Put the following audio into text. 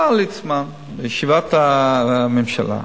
בא ליצמן לישיבת הממשלה.